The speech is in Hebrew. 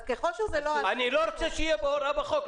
אז אם זה לא --- אני לא רוצה שתהיה הוראה בחוק.